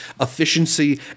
efficiency